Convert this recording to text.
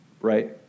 right